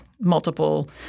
multiple